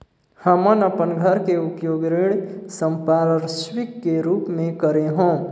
हमन अपन घर के उपयोग ऋण संपार्श्विक के रूप म करे हों